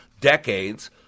decades